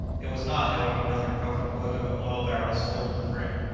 it was not, however, with her proper quota of oil-barrels full to the brim,